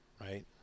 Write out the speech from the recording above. right